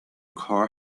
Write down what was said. car